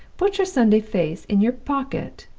put your sunday face in your pocket.